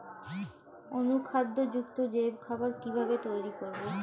অনুখাদ্য যুক্ত জৈব খাবার কিভাবে তৈরি করব?